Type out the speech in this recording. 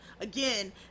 again